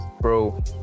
bro